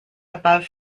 above